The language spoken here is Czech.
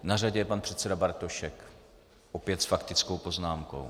Na řadě je pan předseda Bartošek, opět s faktickou poznámkou.